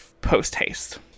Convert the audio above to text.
post-haste